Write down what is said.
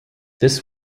this